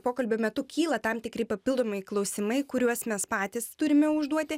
pokalbio metu kyla tam tikri papildomai klausimai kuriuos mes patys turime užduoti